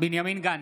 בנימין גנץ,